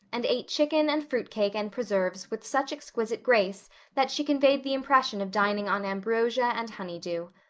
and ate chicken and fruit cake and preserves with such exquisite grace that she conveyed the impression of dining on ambrosia and honeydew.